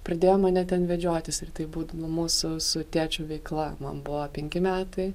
pradėjo mane ten vedžiotis ir tai būdavo mūsų su tėčiu veikla man buvo penki metai